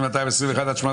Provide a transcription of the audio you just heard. זה לא